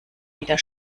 wieder